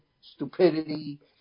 stupidity